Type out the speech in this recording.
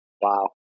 Wow